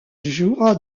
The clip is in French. jouera